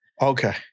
Okay